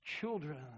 children